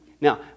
Now